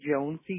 Jonesy